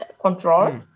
control